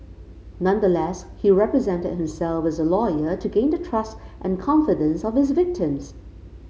nonetheless he represented himself as a lawyer to gain the trust and confidence of his victims